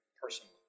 personally